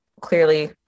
clearly